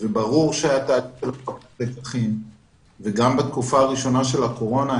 ברור שהייתה הפקת לקחים וגם בתקופה הראשונה של הקורונה,